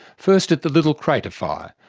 first at the little crater fire,